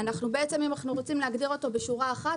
בעצם אם אנחנו רוצים להגדיר אותו בשורה אחת,